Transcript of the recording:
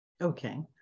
Okay